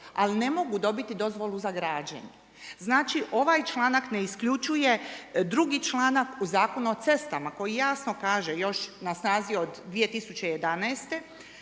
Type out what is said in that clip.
ali ne mogu dobiti dozvolu za građenje. Znači ovaj članak ne isključuje drugi članak u Zakonu o cestama, koji jasno kaže, još na snazi je od 2011.